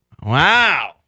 Wow